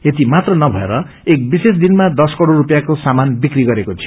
यति मात्र नभएर एक विषेष दिनमा दश करोड़ रूपियाँको सामान विक्री गरेको थियो